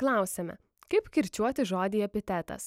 klausėme kaip kirčiuoti žodį epitetas